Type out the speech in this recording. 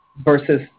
versus